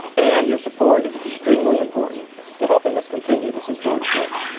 and your support is extremely important to helping us continue this important work.